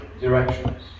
directions